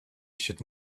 should